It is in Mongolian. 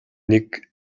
нэг